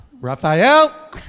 Raphael